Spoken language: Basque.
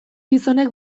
gizonek